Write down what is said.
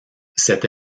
cette